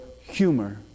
humor